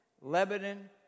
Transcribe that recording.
Lebanon